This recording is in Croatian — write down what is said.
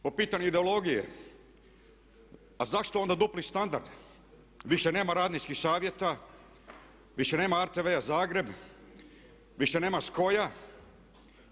Po pitanju ideologije, a zašto onda dupli standard, više nema radničkih savjeta, više nema RTV Zagreb, više nema SKOJ-a.